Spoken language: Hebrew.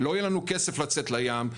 לא יהיה לנו כסף לצאת לים,